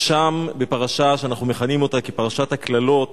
ושם, בפרשה שאנחנו מכנים אותה כפרשת הקללות,